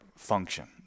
function